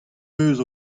eus